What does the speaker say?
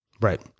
Right